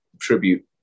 tribute